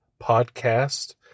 podcast